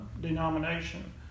denomination